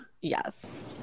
Yes